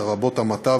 לרבות המתה,